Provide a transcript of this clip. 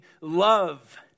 Love